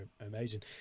amazing